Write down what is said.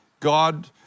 God